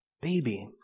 baby